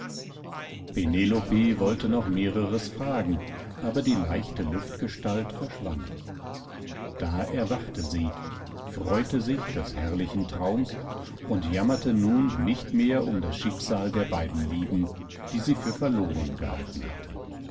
penelope wollte noch mehreres fragen aber die leichte luftgestalt verschwand da erwachte sie freute sich des herrlichen traums und jammerte nun nicht mehr um das schicksal der beiden lieben die sie für verloren gehalten hatte